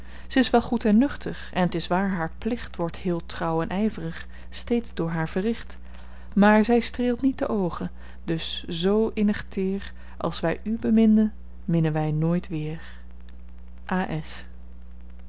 z is wel goed en nuttig en t is waar haar plicht wordt heel trouw en ijverig steeds door haar verricht maar zij streelt niet de oogen dus z innig teer als wij u beminden minnen wij nooit weer a s